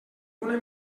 una